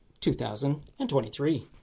2023